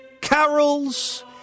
carols